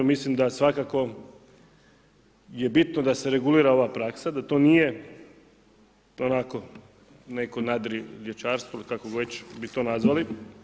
Mislim da svakako je bitno da se regulira ova praksa, da to nije onako neko nadrilječarstvo ili kako već bi to nazvali.